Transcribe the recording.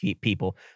people